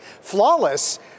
flawless